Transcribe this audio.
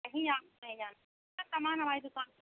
कहीं आपको नहीं जाना सब सामान हमारी दुक़ान